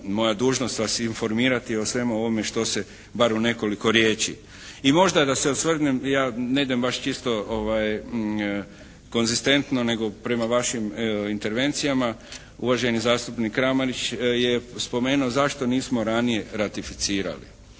moja dužnost vas informirati o svemu ovome što se, bar u nekoliko riječi. I možda da se osvrnem, ja ne idem baš čisto konzistentno nego prema vašim intervencija. Uvaženi zastupnik Kramarić je spomenuo zašto nismo ranije ratificirali.